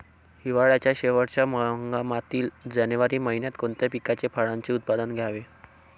हिवाळ्याच्या शेवटच्या हंगामातील जानेवारी महिन्यात कोणत्या पिकाचे, फळांचे उत्पादन घ्यावे?